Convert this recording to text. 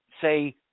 say